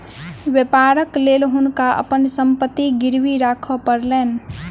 व्यापारक लेल हुनका अपन संपत्ति गिरवी राखअ पड़लैन